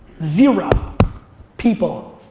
zero people,